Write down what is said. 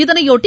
இதனையொட்டி